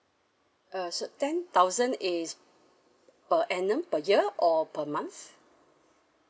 uh so ten thousand is per annum per year or per month